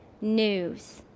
news